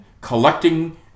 collecting